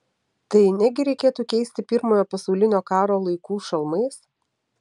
tai negi reikėtų keisti pirmojo pasaulinio karo laikų šalmais